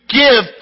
give